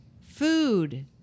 food